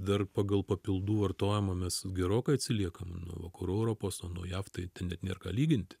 dar pagal papildų vartojimą mes gerokai atsiliekam nuo vakarų europos o nuo jav tai net nėra ką lygint